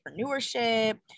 entrepreneurship